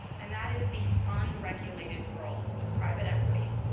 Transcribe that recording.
and that is the unregulated world of private equity.